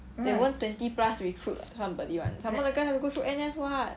they won't twenty plus recruit somebody [one] somemore 那个 have to go through N_S [what]